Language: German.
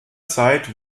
zeit